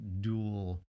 dual